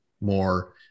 more